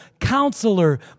counselor